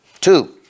Two